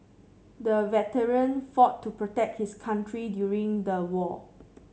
the veteran fought to protect his country during the war